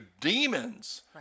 demons